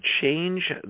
change